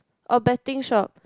oh betting shop